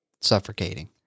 suffocating